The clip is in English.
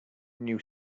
new